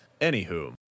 Anywho